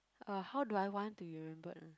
uh how do I want to remember